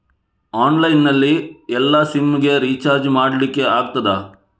Online ನಲ್ಲಿ ಎಲ್ಲಾ SIM ಗೆ ರಿಚಾರ್ಜ್ ಮಾಡಲಿಕ್ಕೆ ಆಗ್ತದಾ?